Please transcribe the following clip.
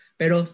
pero